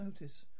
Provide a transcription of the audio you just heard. notice